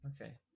Okay